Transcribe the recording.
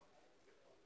בתקציב כזה מיוחד,